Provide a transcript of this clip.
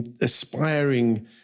aspiring